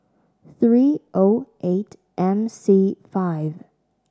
three O eight M C five